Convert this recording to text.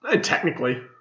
Technically